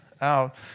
out